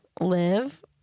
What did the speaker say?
Live